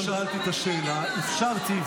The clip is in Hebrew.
היות שלא שאלתי את השאלה, אפשרתי.